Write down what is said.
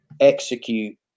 execute